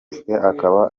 akaba